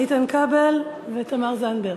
איתן כבל ותמר זנדברג.